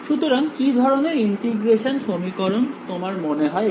সুতরাং কি ধরনের ইন্টিগ্রেশন সমীকরণ তোমার মনে হয় এটি